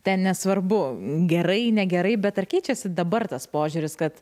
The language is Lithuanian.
ten nesvarbu gerai negerai bet ar keičiasi dabar tas požiūris kad